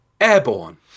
Airborne